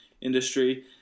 industry